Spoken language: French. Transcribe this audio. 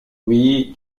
oui